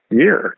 year